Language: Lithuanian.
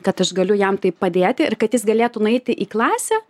kad aš galiu jam taip padėti ir kad jis galėtų nueiti į klasę